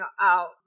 out